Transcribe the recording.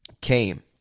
came